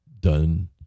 done